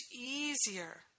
easier